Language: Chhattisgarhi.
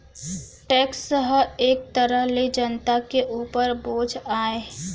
टेक्स ह एक तरह ले जनता के उपर बोझ आय